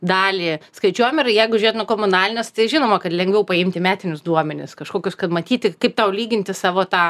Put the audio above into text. dalį skaičiuojam ir jeigu žiūrėt nuo komunalines tai žinoma kad lengviau paimti metinius duomenis kažkokius kad matyti kaip tau lyginti savo tą